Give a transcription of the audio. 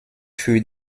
für